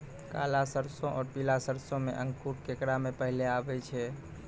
काला सरसो और पीला सरसो मे अंकुर केकरा मे पहले आबै छै?